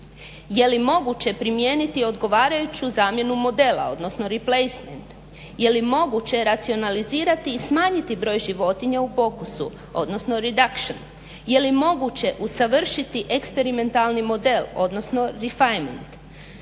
Je li moguće primijeniti odgovarajuću zamjenu modela, odnosno replacemant? Je li moguće racionalizirati i smanjiti broj životinja u pokusu, odnosno redaction? Je li moguće usavršiti eksperimentalni model, odnosno refeinming?